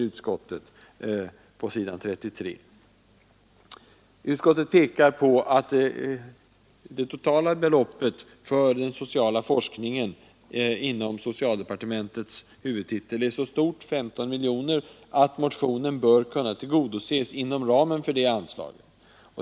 Utskottet pekar på att det totala beloppet för den sociala forskningen inom socialdepartementets huvudtitel är så stort, 15 miljoner kronor, att motionen bör kunna tillgodoses inom ramen för detta anslag.